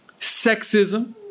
sexism